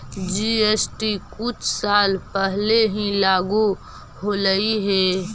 GST कुछ साल पहले ही लागू होलई हे